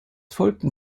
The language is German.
folgten